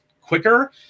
quicker